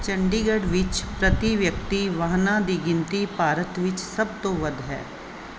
ਚੰਡੀਗੜ੍ਹ ਵਿੱਚ ਪ੍ਰਤੀ ਵਿਅਕਤੀ ਵਾਹਨਾਂ ਦੀ ਗਿਣਤੀ ਭਾਰਤ ਵਿੱਚ ਸਭ ਤੋਂ ਵੱਧ ਹੈ